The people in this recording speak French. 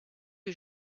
que